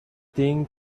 thing